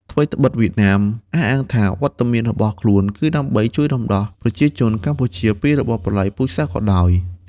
ថ្វីត្បិតវៀតណាមអះអាងថា វត្តមានរបស់ខ្លួនគឺដើម្បីជួយរំដោះប្រជាជនកម្ពុជាពីរបបប្រល័យពូជសាសន៍ក៏ដោយ។